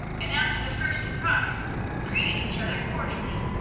and after the first surprise greeted each other cordially.